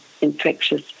infectious